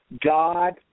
God